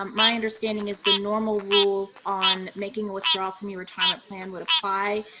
um my understanding is the normal rules on making a withdrawal from your retirement plan would apply,